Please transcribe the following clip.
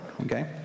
okay